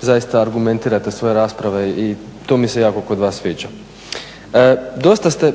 zaista argumentirate svoje rasprave i to mi se jako kod vas sviđa. Dosta ste,